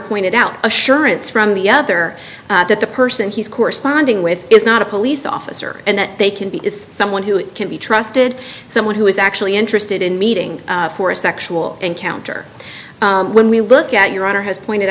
pointed out assurance from the other that the person he's corresponding with is not a police officer and that they can be is someone who can be trusted someone who is actually interested in meeting for a sexual encounter when we look at your honor has pointed